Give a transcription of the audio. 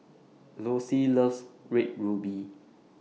Lossie loves Red Ruby